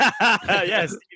Yes